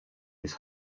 his